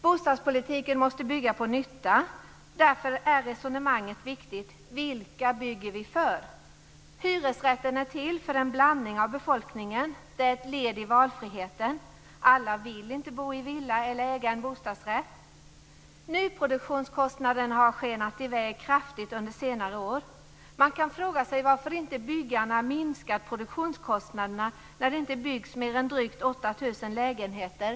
Bostadspolitiken måste bygga på nytta. Därför är resonemanget om vilka vi bygger för viktigt. Hyresrätten är till för en blandning av befolkningen. Den är ett led i valfriheten. Alla vill inte bo i villa eller äga en bostadsrätt. Nyproduktionskostnaderna har skenat i väg kraftigt under senare år. Man kan fråga sig varför inte byggarna minskat produktionskostnaderna när det inte byggs mer än drygt 8 000 lägenheter.